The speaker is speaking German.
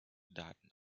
daten